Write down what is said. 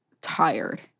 tired